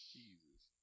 Jesus